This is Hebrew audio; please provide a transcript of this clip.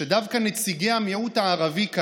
שדווקא נציגי המיעוט הערבי כאן,